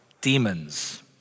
demons